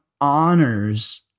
honors